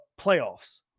playoffs